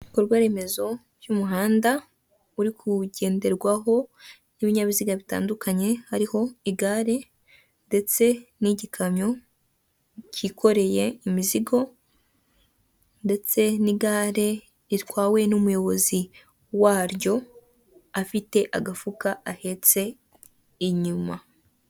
Ibikorwaremezo by'umuhanda uri kugenderwaho n'ibinyabiziga bitandukanye hariho igare ndetse n'igikamyo cyikoreye imizigo ndetse n'igare ritwawe n'umuyobozi waryo, afite agafuka ahetse inyuma.